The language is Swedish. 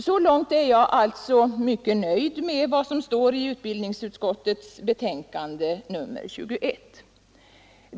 Så långt är jag alltså mycket nöjd med vad som står i utbildningsutskottets betänkande nr 21.